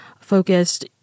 focused